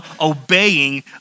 obeying